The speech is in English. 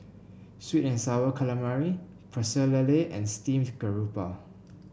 sweet and sour calamari Pecel Lele and Steamed Garoupa